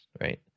right